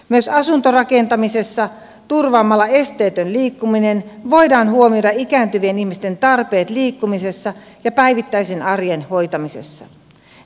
myös asuntorakentamisessa turvaamalla esteetön liikkuminen voidaan huomioida ikääntyvien ihmisten tarpeet liikkumisessa ja päivittäisen arjen hoitamisessa